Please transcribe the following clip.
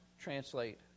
translate